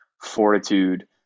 fortitude